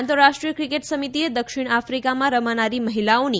આંતરરાષ્ટ્રીય ક્રિકેટ સમિતિએ દક્ષિણ આફિકામાં રમાનારી મહિલાઓની